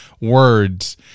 words